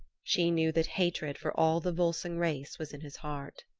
she knew that hatred for all the volsung race was in his heart.